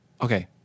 Okay